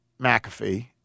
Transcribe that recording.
McAfee